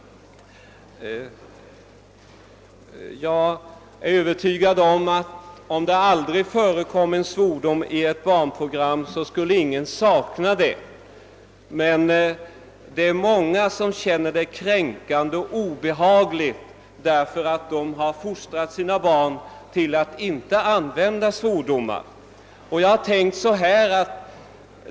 Jag är övertygad om att om det aldrig förekom en svordom i ett barnprogram, så skulle ingen sakna det. Däremot är det många som uppfattar deras förekomst som kränkande och obehaglig, eftersom de har fostrat sina barn till att inte bruka svordomar.